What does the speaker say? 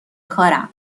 کارم